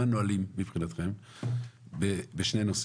מה הנהלים מבחינתכם בשני נושאים?